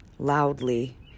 loudly